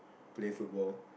play football